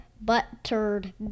buttered